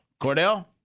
Cordell